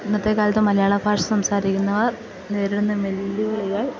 ഇന്നത്തെ കാലത്ത് മലയാള ഭാഷ സംസാരിക്കുന്നവർ നേരിടുന്ന വെല്ലുവിളികൾ